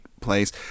place